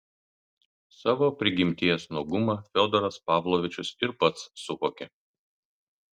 savo prigimties nuogumą fiodoras pavlovičius ir pats suvokė